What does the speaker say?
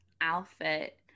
outfit